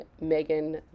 Megan